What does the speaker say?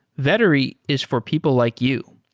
vettery is for people like you.